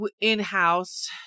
in-house